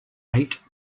eight